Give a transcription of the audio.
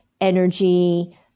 energy